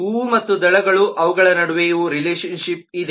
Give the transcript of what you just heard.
ಹೂವು ಮತ್ತು ದಳಗಳು ಅವುಗಳ ನಡುವೆಯು ರಿಲೇಶನ್ ಶಿಪ್ ಇದೆ